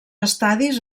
estadis